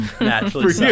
naturally